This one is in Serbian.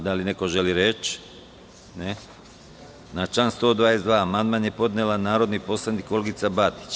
Da li neko želi reč? (Ne) Na član 122. amandman je podnela narodni poslanik Olgica Batić.